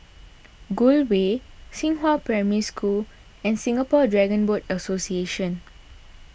Gul Way Xinghua Primary School and Singapore Dragon Boat Association